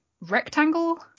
rectangle